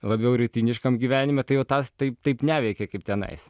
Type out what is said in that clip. labiau rutiniškam gyvenime tai jau tas taip taip neveikia kaip tenais